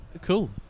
Cool